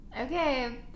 Okay